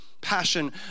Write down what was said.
passion